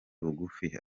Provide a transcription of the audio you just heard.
bugufi